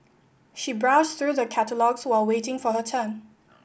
she browsed through the catalogues while waiting for her turn